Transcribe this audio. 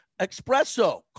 espresso